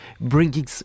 bringing